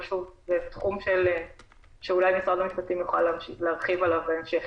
זה תחום שאולי משרד המשפטים יוכל להמשיך להרחיב עליו בהמשך.